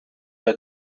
der